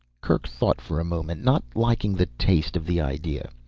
kerk thought for a moment, not liking the taste of the idea.